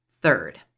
Third